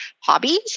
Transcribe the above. hobbies